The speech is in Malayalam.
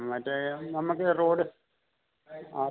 മറ്റേ നമുക്ക് റോഡ് ആ